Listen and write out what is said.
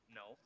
no